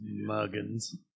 Muggins